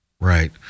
right